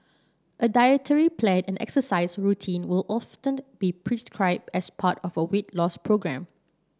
a dietary plan and exercise routine will often be prescribed as part of a weight loss programme